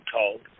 told